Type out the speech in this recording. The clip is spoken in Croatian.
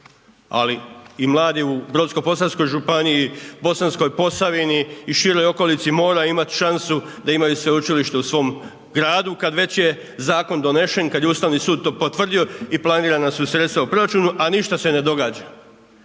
ali i mladi u brodsko-posavskoj županiji, Bosanskoj Posavini i široj okolici mora imat šansu da imaju sveučilište u svom gradu kad već je zakon donesen, kad je Ustavni sud to potvrdio i planirana su sredstva u proračunu, a ništa se ne događa.